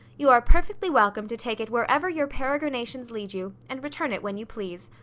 you are perfectly welcome to take it wherever your peregrinations lead you, and return it when you please.